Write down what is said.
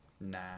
Nah